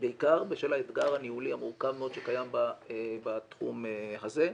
בעיקר בשל האתגר הניהולי המורכב מאוד שקיים בתחום הזה.